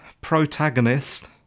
protagonist